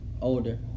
older